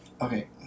Okay